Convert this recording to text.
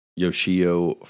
Yoshio